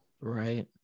Right